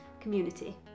community